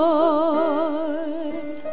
Lord